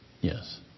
Yes